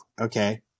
okay